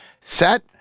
set